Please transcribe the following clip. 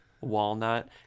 walnut